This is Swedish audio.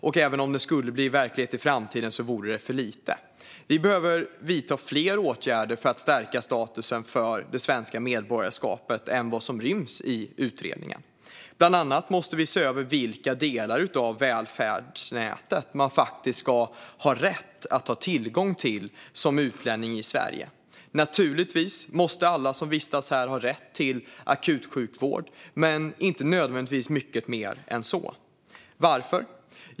Och även om de skulle bli verklighet i framtiden är det för lite. Vi behöver vidta fler åtgärder för att stärka statusen för det svenska medborgarskapet än vad som ryms i utredningen. Bland annat måste vi se över vilka delar av välfärdsnätet som man faktiskt ska ha rätt att få tillgång till som utlänning i Sverige. Naturligtvis måste alla som vistas här ha rätt till akutsjukvård, men inte nödvändigtvis mycket mer än så. Varför?